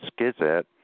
Skizet